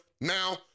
now